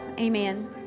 Amen